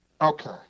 Okay